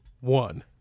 One